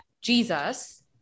Jesus